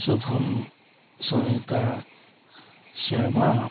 Subham Sunita Shyama